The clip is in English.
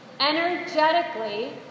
Energetically